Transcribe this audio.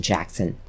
Jackson